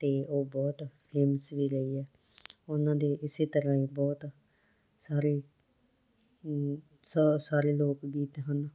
ਅਤੇ ਉਹ ਬਹੁਤ ਫੇਮਸ ਵੀ ਰਹੀ ਆ ਉਹਨਾਂ ਦੇ ਇਸੇ ਤਰ੍ਹਾਂ ਹੀ ਬਹੁਤ ਸਾਰੇ ਸੋ ਸਾਰੇ ਲੋਕ ਗੀਤ ਹਨ